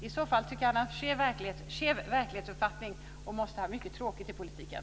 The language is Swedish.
I så fall tycker jag att han har en skev verklighetsuppfattning och måste ha mycket tråkigt i politiken.